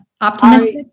Optimistic